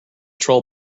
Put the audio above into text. troll